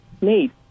need